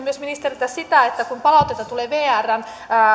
myös ministeriltä kun palautetta tulee vrn